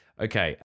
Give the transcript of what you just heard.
Okay